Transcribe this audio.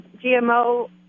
GMO